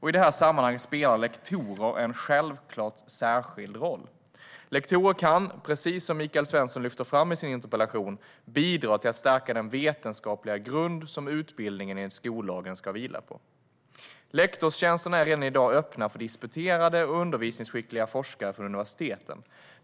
I det här sammanhanget spelar lektorer en självklar särskild roll. Lektorer kan, precis som Michael Svensson lyfter fram i sin interpellation, bidra till att stärka den vetenskapliga grund som utbildning enligt skollagen ska vila på. Lektorstjänsterna är redan i dag öppna för disputerade och undervisningsskickliga forskare från universiteten.